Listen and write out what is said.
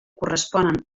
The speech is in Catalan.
corresponen